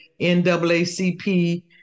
NAACP